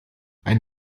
ein